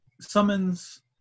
summons